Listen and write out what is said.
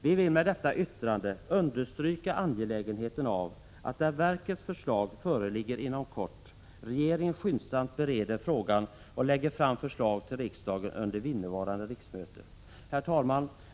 Vi vill med detta yttrande understryka angelägenheten av att när verkets förslag inom kort föreligger, regeringen skyndsamt bereder frågan och lägger fram förslag till riksdagen under innevarande riksmöte. Herr talman!